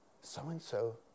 so-and-so